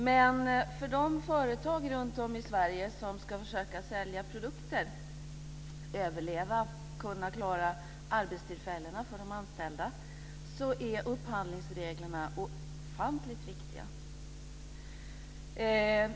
Men för de företag runtom i Sverige som ska försöka sälja produkter, överleva och kunna klara arbetstillfällena för de anställda är upphandlingsreglerna ofantligt viktiga.